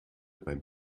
beim